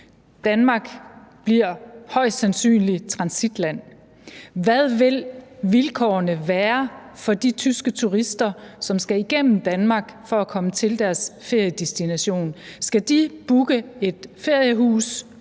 Danmark bliver højst sandsynligt transitland. Hvad vil vilkårene være for de tyske turister, som skal igennem Danmark for at komme til deres feriedestination? Skal de booke et feriehus